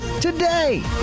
today